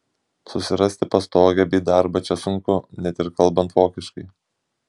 susirasti pastogę bei darbą čia sunku net ir kalbant vokiškai